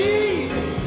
Jesus